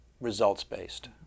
results-based